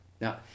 Now